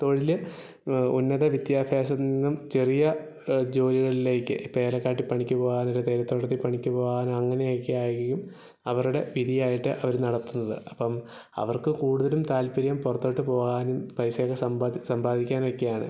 തൊഴിൽ ഉന്നത വിദ്യാഭ്യാസത്തിൽ നിന്നും ചെറിയ ജോലികളിലേക്ക് ഇപ്പോൾ ഏലക്കാട്ടിൽ പണിക്ക് പോവാൻ ഒരു തേയില തോട്ടത്തിൽ പണിക്ക് പോവാനോ അങ്ങനെ ഒക്കെ ആയിരിക്കും അവരുടെ വിധിയായിട്ട് അവർ നടത്തുന്നത് അപ്പം അവർക്ക് കൂടുതലും താൽപ്പര്യം പുറത്തോട്ട് പോവാനും പൈസ ഒക്കെ സമ്പാധിക്കാനും ഒക്കെയാണ്